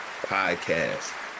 podcast